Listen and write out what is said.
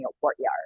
courtyard